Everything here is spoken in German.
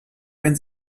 ein